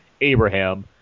Abraham